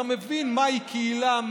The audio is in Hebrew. שאתה מבין מהי קהילה,